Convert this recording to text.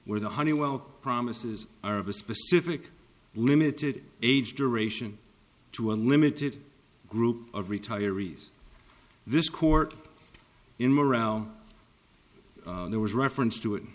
where the honeywell promises are of a specific limited age duration to a limited group of retirees this court in morel there was reference to it